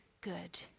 good